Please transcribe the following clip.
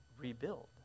rebuild